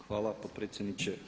Hvala potpredsjedniče.